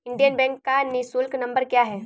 Indian Bank का निःशुल्क number क्या है?